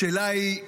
השאלה היא: